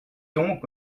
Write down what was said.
donc